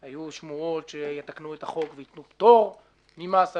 היו שמועות שיתקנו את החוק ויתנו פטור ממס.